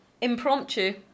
Impromptu